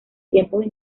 tiempos